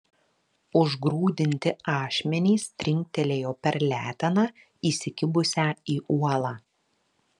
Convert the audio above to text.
užgrūdinti ašmenys trinktelėjo per leteną įsikibusią į uolą